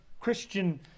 Christian